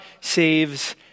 saves